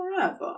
forever